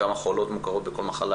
כמה חולות מוכרות בכל מחלה.